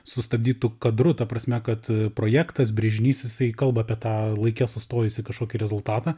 sustabdytu kadru ta prasme kad projektas brėžinys jisai kalba apie tą laike sustojusį kažkokį rezultatą